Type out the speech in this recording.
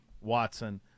Watson